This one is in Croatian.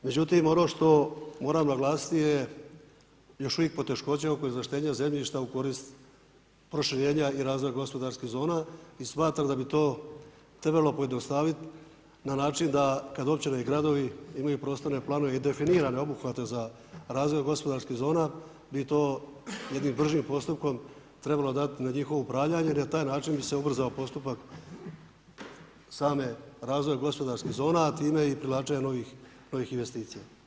Međutim ono što moram naglasiti je još uvijek poteškoće oko izvlaštenja zemljišta u korist proširenja i razvoja gospodarskih zona i smatram da bi to trebalo pojednostaviti na način kada općine i gradovi imaju prostorne planove i definirane obuhvate za razvoj gospodarskih zona bi to jednim bržim postupkom trebalo dati na njihovo upravljanje i na taj način bi se ubrzao postupak samog razvoja gospodarskih zona, a time i privlačenja novih investicija.